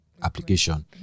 application